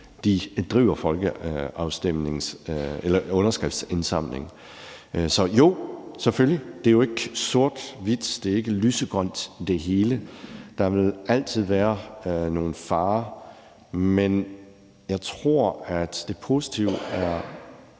bedriver underskriftindsamling. Så jo, selvfølgelig, det er jo ikke sort-hvidt. Det hele er ikke lysegrønt. Der vil altid være nogle farer, men jeg tror, at det positive